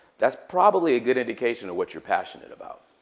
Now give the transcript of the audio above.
that's probably a good indication of what you're passionate about,